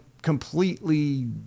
completely